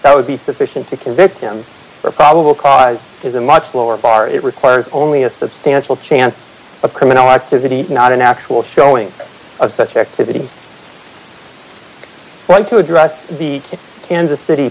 that would be sufficient to convict him or probable cause is a much lower bar it requires only a substantial chance of criminal activity not an actual showing of such activity one to address the kansas city